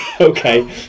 Okay